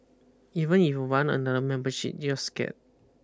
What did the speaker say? even if you want another membership you're scared